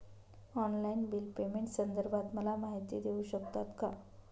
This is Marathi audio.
ऑनलाईन बिल पेमेंटसंदर्भात मला माहिती देऊ शकतात का?